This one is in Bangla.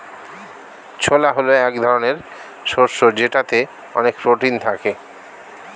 ছোলা হল এক ধরনের শস্য যেটাতে অনেক প্রোটিন থাকে